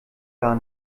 gar